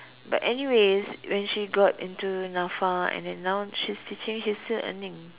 but anyways when she got into Nafa and then now she's teaching she's still earning